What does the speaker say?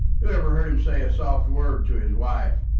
who ever heard him say a soft word to his wife?